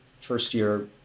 first-year